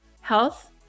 health